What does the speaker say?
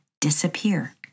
disappear